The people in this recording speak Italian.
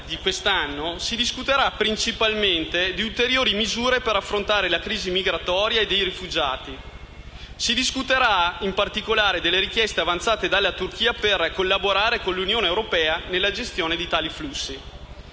17 e 18 marzo si discuterà principalmente di ulteriori misure per affrontare la crisi migratoria e dei rifugiati. Si discuterà, in particolare, delle richieste avanzate dalla Turchia per collaborare con l'Unione europea nella gestione di tali flussi.